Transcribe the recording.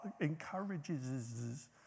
encourages